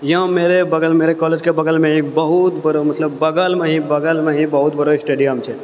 यहाँ मेरे बगलमे मेरे कॉलेज के बगलमे हि एक बहुत बड़ो मतलब बगलमे हि बगलमे हि बहुत बड़ो स्टेडियम छै